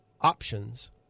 options